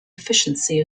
efficiency